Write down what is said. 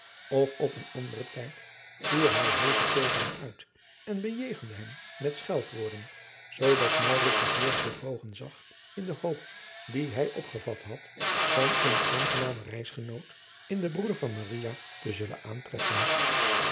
of op een ander tijd voer hij hevig tegen hem uit en bejegende hem met scheldwoorden zoodat maurits zich deerlijk bedrogen zag in de hoop die hij opgevat had van eenen aangenamen reisgenoot in den broeder van maria te zullen aantreffen